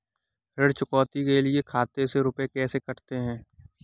ऋण चुकौती के लिए खाते से रुपये कैसे कटते हैं?